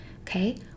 okay